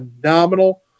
phenomenal